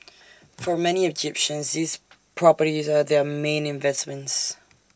for many Egyptians these properties are their main investments